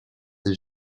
ses